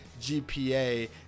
GPA